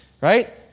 Right